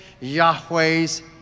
Yahweh's